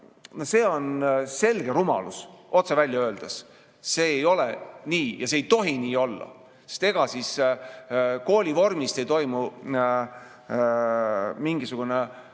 see on selge rumalus, otse välja öeldes. See ei ole nii ja see ei tohi nii olla, sest ega siis kooli vormist ei tulene mingisugune